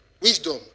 wisdom